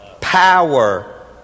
power